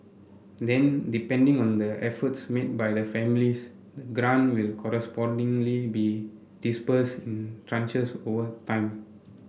then depending on the efforts made by the families the will correspondingly be disbursed in tranches over time